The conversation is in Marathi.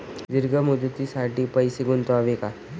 दीर्घ मुदतीसाठी पैसे गुंतवावे का?